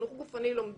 בחינוך גופני לומדים.